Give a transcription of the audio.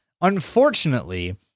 unfortunately